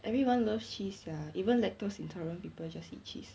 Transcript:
everyone loves cheese sia even lactose intolerant people just eat cheese